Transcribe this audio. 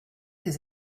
his